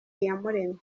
iyamuremye